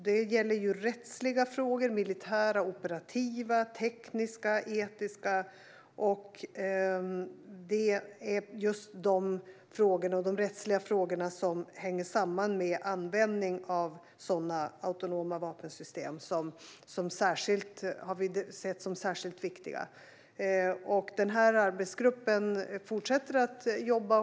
Det gäller rättsliga, militära, operativa, tekniska och etiska frågor. Just de rättsliga frågor som hänger samman med användning av autonoma vapensystem har vi sett som särskilt viktiga. Den här arbetsgruppen fortsätter att jobba.